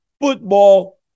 football